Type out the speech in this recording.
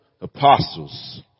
apostles